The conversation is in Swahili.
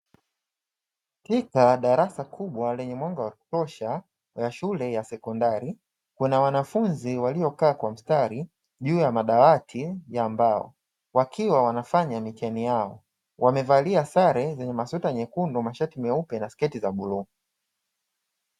Katika darasa kubwa lenye meza ya kutosha la shule ya sekondari kuna wanafunzi waliokaa kwa mstari juu ya madawati ya mbao, wakiwa wanafanya mitihani yao, Wamevalia sare ya masweta mekundu, mashati mweupe na sketi za bluu.